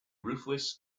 ruthless